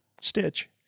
stitch